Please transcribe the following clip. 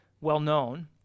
well-known